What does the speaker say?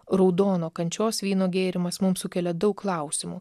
raudono kančios vyno gėrimas mums sukelia daug klausimų